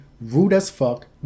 rude-as-fuck